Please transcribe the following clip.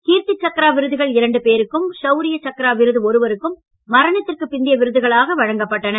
கீர்த்தி சக்ரா விருதுகள் இரண்டு பேருக்கும் ஷவுரிய சக்ரா ஒருவருக்கும் மரணத்திற்குப் பிந்தைய விருதுகளாக விருது வழங்கப்பட்டன